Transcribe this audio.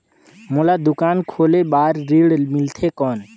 मोला दुकान खोले बार ऋण मिलथे कौन?